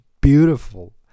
beautiful